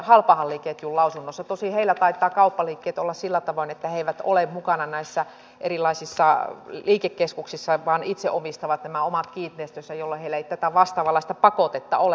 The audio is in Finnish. tosin heillä taitavat kauppaliikkeet olla sillä tavoin että he eivät ole mukana näissä erilaisissa liikekeskuksissa vaan itse omistavat nämä omat kiinteistönsä jolloin heille ei tätä vastaavanlaista pakotetta ole